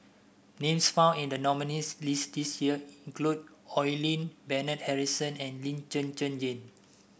names found in the nominees' list this year include Oi Lin Bernard Harrison and Lee Zhen Zhen Jane